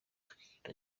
tukirinda